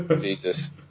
Jesus